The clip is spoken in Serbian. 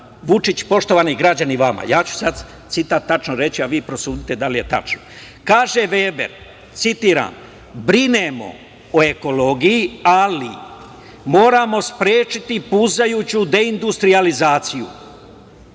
Vučić, poštovani građani, vama. Ja ću sad citat tačno reći, a vi prosudite da li je tačno. Kaže Veber: „Brinemo o ekologiji, ali moramo sprečiti puzajuću deindustrijalizaciju